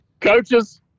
coaches